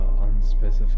unspecified